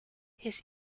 his